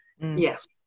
Yes